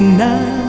now